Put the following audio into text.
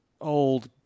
old